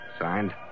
Signed